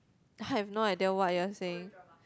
I have no idea what you're saying